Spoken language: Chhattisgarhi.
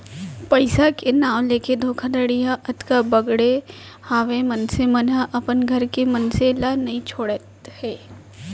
पइसा के नांव लेके धोखाघड़ी ह अतका बड़गे हावय मनसे मन ह अपन घर के मनसे मन ल नइ छोड़त हे